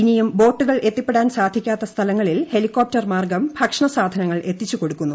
ഇനിയും ബോട്ടുകൾ എത്തിപ്പെടാൻ സാധിക്കാത്ത സ്ഥലങ്ങളിൽ ഹെലികോപ്റ്റർ മാർഗ്ഗം ഭക്ഷണ സാധനങ്ങൾ എത്തിച്ചുകൊടുക്കുന്നു